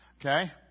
Okay